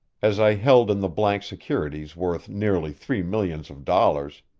as i held in the bank securities worth nearly three millions of dollars,